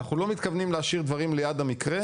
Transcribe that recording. אנחנו לא מתכוונים להשאיר דברים ליד המקרה,